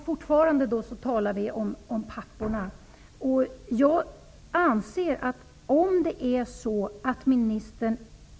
Herr talman! Fortfarande talar vi om papporna.